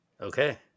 Okay